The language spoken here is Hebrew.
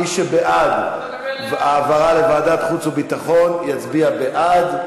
מי שבעד העברה לוועדת החוץ והביטחון יצביע בעד,